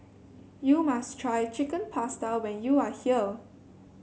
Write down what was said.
you must try Chicken Pasta when you are here